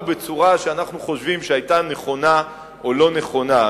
בצורה שאנחנו חושבים שהיתה נכונה או לא נכונה.